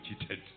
cheated